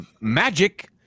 magic